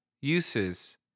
uses